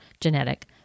genetic